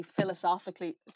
philosophically